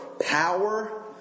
power